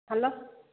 ଭଲ